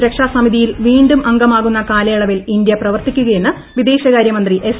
സുരക്ഷാ സമിതിയിൽ വീണ്ടും അംഗമാകുന്ന കാലയളവിൽ ഇന്ത്യ പ്രവർത്തിക്കുകയെന്ന് വിദേശകാരൃ മന്ത്രി എസ്